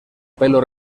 pelo